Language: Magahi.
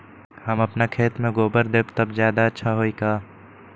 हम अपना खेत में गोबर देब त ज्यादा अच्छा होई का?